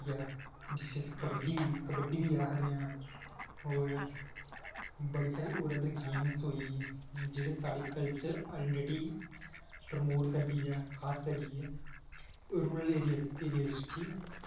और केह् होई गेआ जिसी अस कबड्डी बी कबड्डी बी आखदे आं और बड़ी सारी और अदर गेम्स होई गेई जेह्ड़े साढ़ी कल्चर आलरडी प्रमोट करदी ऐ खास करियै रूरल एरिये च ठीक